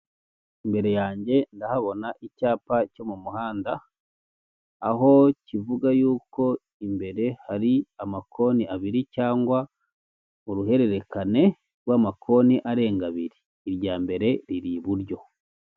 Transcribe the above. Imbere yanjye ndahabona icyapa cyo mu muhanda, aho kivuga yuko imbere hari amakoni abiri cyangwa uruhererekane rw'amakoni arenga abiri. Irya mbere riri iburyo.